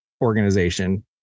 organization